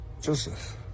Joseph